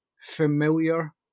familiar